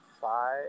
five